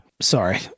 Sorry